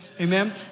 amen